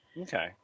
Okay